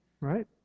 right